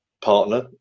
partner